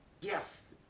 yes